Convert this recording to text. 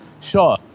sure